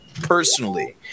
personally